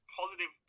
positive